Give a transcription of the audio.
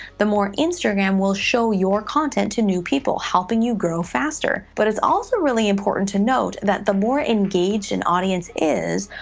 the more instagram will show your content to new people, helping you grow faster, but it's also really important to note, that the more engaged an audience is,